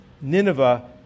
Nineveh